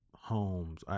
Homes